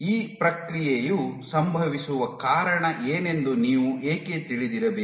ಈ ಪ್ರಕ್ರಿಯೆಯು ಸಂಭವಿಸುವ ಕಾರಣ ಏನೆಂದು ನೀವು ಏಕೆ ತಿಳಿದಿರಬೇಕು